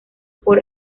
por